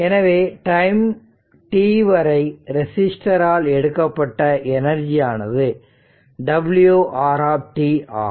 எனவே time t வரை ரெசிஸ்டரால் எடுக்கப்பட்ட எனர்ஜியானது w R ஆகும்